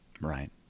Right